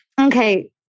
Okay